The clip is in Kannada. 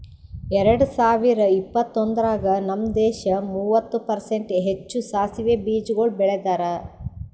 ಎರಡ ಸಾವಿರ ಇಪ್ಪತ್ತೊಂದರಾಗ್ ನಮ್ ದೇಶ ಮೂವತ್ತು ಪರ್ಸೆಂಟ್ ಹೆಚ್ಚು ಸಾಸವೆ ಬೀಜಗೊಳ್ ಬೆಳದಾರ್